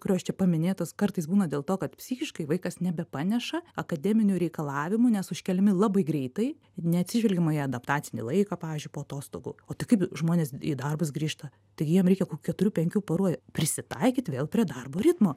kurios čia paminėtos kartais būna dėl to kad psichiškai vaikas nebepaneša akademinių reikalavimų nes užkeliami labai greitai neatsižvelgiama į adaptacinį laiką pavyzdžiui po atostogų o tai kaip žmonės į darbus grįžta tai jiem reikia keturių penkių parų prisitaikyt vėl prie darbo ritmo